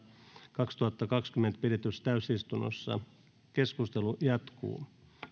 kaksituhattakaksikymmentä pidetyssä täysistunnossa keskustelu jatkuu